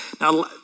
Now